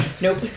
Nope